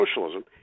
socialism